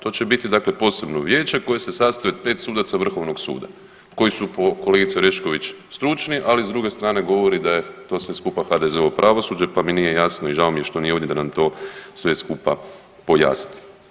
To će biti, dakle posebno vijeće koje se sastoji od pet sudaca Vrhovnog suda koji su po kolegici Orešković stručni ali s druge strane govori da je to sve skupa HDZ-ovo pravosuđe pa mi nije jasno i žao mi je što nije ovdje da nam to sve skupa pojasni.